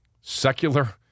Secular